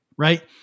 Right